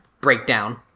Breakdown